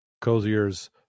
Cozier's